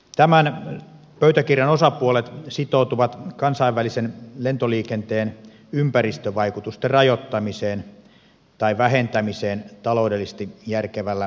tämän pöytäkirjan osapuolet sitoutuvat kansainvälisen lentoliikenteen ympäristövaikutusten rajoittamiseen tai vähentämiseen taloudellisesti järkevällä tavalla